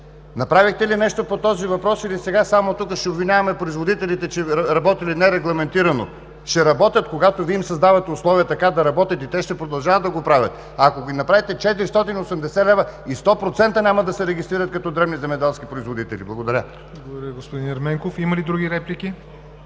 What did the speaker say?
Направихте ли нещо по този въпроси, или сега тук само ще обвиняваме производителите, че работели нерегламентирано? Ще работят, когато Вие им създавате условия така да работят и те ще продължават да го правят! Ако ги направите 480 лв., и 100% няма да се регистрират като дребни земеделски производители. Благодаря.